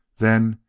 then,